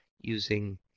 using